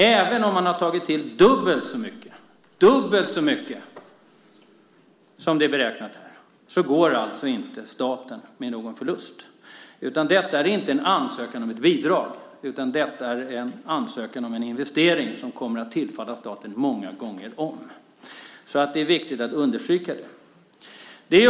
Även om man har tagit till dubbelt så mycket som beräknat här går alltså inte staten med någon förlust. Detta är inte en ansökan om ett bidrag utan detta är en ansökan om en investering som kommer att tillfalla staten många gånger om. Det är viktigt att understryka det.